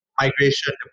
migration